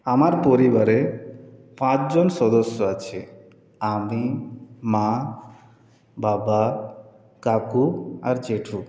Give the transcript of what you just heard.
আমার পরিবারে পাঁচজন সদস্য আছে আমি মা বাবা কাকু আর জেঠু